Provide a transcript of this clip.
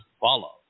follow